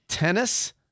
Tennis